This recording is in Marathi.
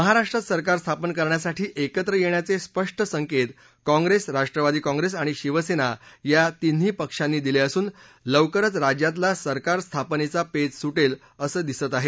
महाराष्ट्रात सरकार स्थापन करण्यासाठी एकत्र येण्याचे स्पष्ट संकेत काँग्रेस राष्ट्रवादी काँग्रेस आणि शिवसेना या तीन्ही पक्षांनी दिले असून लवकरच राज्यातला सरकार स्थापनेचा पेच सुटेल असं दिसतं